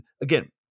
Again